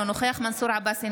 אינו נוכח מנסור עבאס,